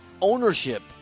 ownership